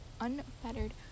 unfettered